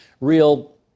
real